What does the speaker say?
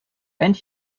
and